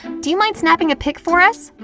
do you mind snapping a pic for us?